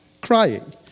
crying